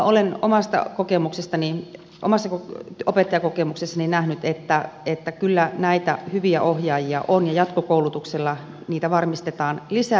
olen omassa opettajakokemuksessani nähnyt että kyllä näitä hyviä ohjaajia on ja jatkokoulutuksella niitä varmistetaan lisää